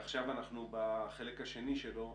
עכשיו אנחנו בחלק השני שלו,